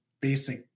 basic